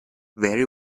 very